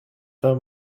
the